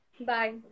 Bye